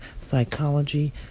psychology